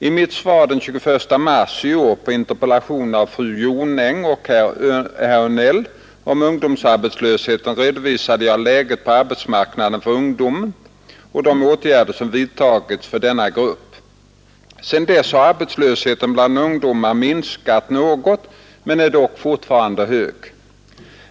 I mitt svar den 21 mars i år på interpellationer av fru Jonäng och herr Öhvall om ungdomsarbetslösheten redovisade jag läget på arbetsmarknaden för ungdomen och de åtgärder som vidtagits för denna grupp. Sedan dess har arbetslösheten bland ungdomar minskat något men är dock fortfarande hög.